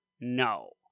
no